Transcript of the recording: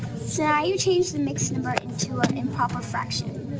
yeah you change the mixed number into a improper fraction.